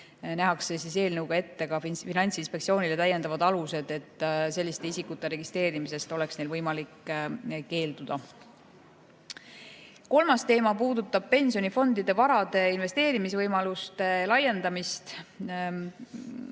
nähakse eelnõuga ette ka Finantsinspektsioonile täiendavad alused, et neil oleks selliste isikute registreerimisest võimalik keelduda. Kolmas teema puudutab pensionifondide vara investeerimise võimaluste laiendamist.